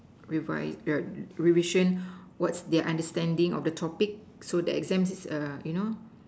revise revision what's their understanding of the topic so the exams is you know